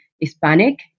Hispanic